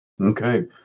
Okay